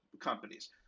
companies